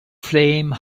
flame